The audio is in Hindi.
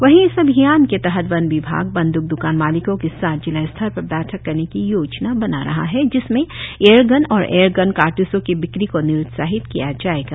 वही इस अभियान के तहत वन विभाग बंद्क द्कान मालिकों के साथ जिला स्तर पर बैठक करने की योजना बना रहा है जिसमें एयरगन और एयरगन कारत्सों के बिक्री को निरुतसाहित किया जाएगा